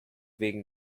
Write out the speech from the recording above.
wegen